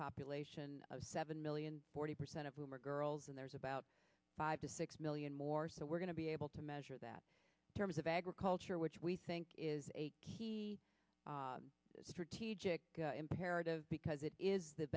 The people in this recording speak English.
population of seven million forty percent of whom are girls and there's about five to six million more so we're going to be able to measure that terms of agriculture which we think is a key strategic imperative because it is the